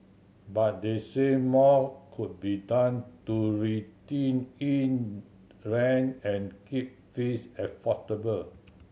but they say more could be done to rein in rent and keep fees affordable